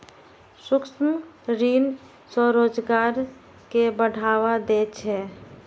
सूक्ष्म ऋण स्वरोजगार कें बढ़ावा दै छै